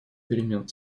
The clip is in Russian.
перемен